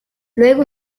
luego